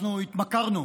אנחנו התמכרנו